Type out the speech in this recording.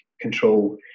control